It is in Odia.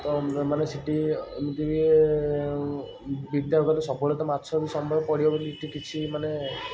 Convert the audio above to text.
ତ ମାନେ ସେଇଠି ଏମତି ବି ବିଟା ସବୁବେଳେ ତ ମାଛ ସବୁବେଳେ ବି ପଡ଼ିବ ବୋଲି କିଛି ମାନେ